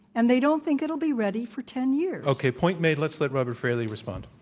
and they don't think it'll be ready for ten years. okay. point made. let's let robert fraley respond.